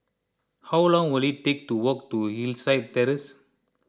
how long will it take to walk to Hillside Terrace